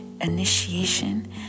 initiation